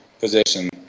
position